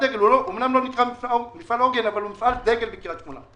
אמנם הוא לא נקרא מפעל עוגן אבל הוא מפעל דגל בקריית שמונה.